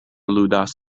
ludas